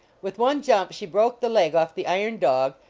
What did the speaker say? with one jump she broke the leg off the iron dog,